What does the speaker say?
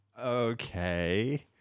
Okay